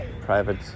private